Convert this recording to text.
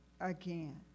again